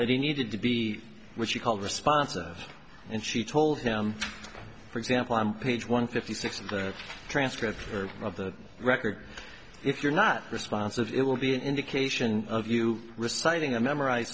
that he needed to be which she called responsive and she told him for example on page one fifty six of the transcript of the record if you're not responsive it will be an indication of you reciting a memorize